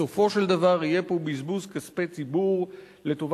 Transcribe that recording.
בסופו של דבר יהיה פה בזבוז כספי ציבור לטובת